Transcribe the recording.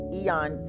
eon